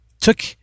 took